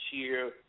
cheer